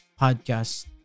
podcast